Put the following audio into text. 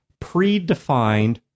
predefined